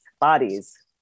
bodies